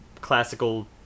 classical